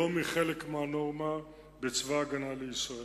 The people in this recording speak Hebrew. היום היא חלק מהנורמה בצבא-הגנה לישראל.